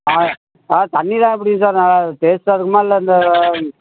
ஆ ஆ தண்ணியெலாம் எப்படி சார் நல்ல டேஸ்ட்டாக இருக்குமா இல்லை இந்த